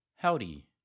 Howdy